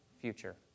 future